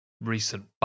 recent